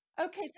Okay